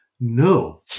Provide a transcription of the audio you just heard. No